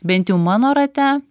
bent jau mano rate